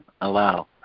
allow